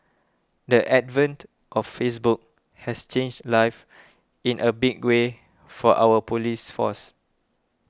the advent of Facebook has changed life in a big way for our police force